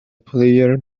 player